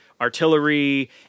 artillery